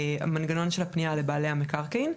והמנגנון של הפנייה לבעלי המקרקעין,